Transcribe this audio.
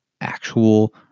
actual